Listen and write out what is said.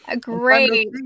Great